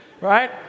Right